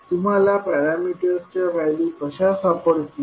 तुम्हाला पॅरामीटर्सच्या व्हॅल्यू कशा सापडतील